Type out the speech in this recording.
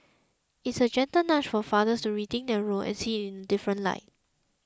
it's a gentle nudge for fathers to rethink their role and see it in a different light